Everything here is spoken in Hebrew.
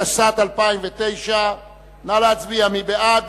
התשס"ט 2009. נא להצביע, מי בעד?